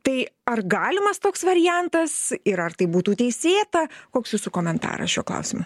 tai ar galimas toks variantas ir ar tai būtų teisėta koks jūsų komentaras šiuo klausimu